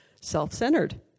self-centered